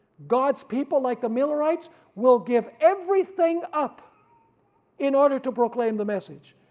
god's people like the millerites will give everything up in order to proclaim the message,